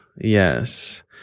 Yes